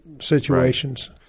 situations